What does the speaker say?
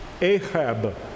Ahab